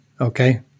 okay